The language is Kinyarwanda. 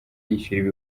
yishyura